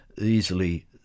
easily